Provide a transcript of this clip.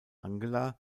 angela